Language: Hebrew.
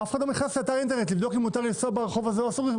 אף אחד לא נכנס לאתר אינטרנט לבדוק אם מותר לנסוע ברחוב הזה או אסור,